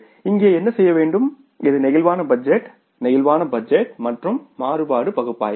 இங்கே என்ன செய்ய வேண்டும் அது பிளேக்சிபிள் பட்ஜெட் பிளேக்சிபிள் பட்ஜெட் மற்றும் மாறுபாடு பகுப்பாய்வு